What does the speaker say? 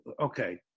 Okay